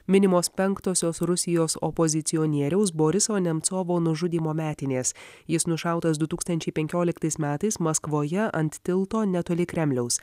minimos penktosios rusijos opozicionieriaus boriso nemcovo nužudymo metinės jis nušautas du tūkstančiai penkioliktais metais maskvoje ant tilto netoli kremliaus